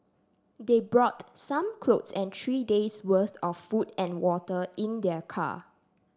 they brought some clothes and three days' worth of food and water in their car